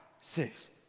six